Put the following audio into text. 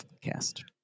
Cast